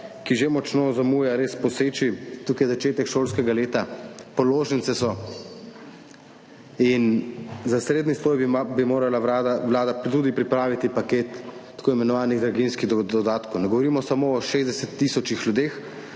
ki že močno zamuja, res poseči. Tukaj je začetek šolskega leta, položnice so, in tudi za srednji sloj bi morala Vlada pripraviti paket tako imenovanih draginjskih dodatkov. Ne govorimo samo o 60 tisočih ljudeh,